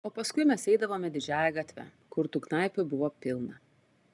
o paskui mes eidavome didžiąja gatve kur tų knaipių buvo pilna